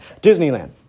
Disneyland